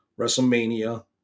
WrestleMania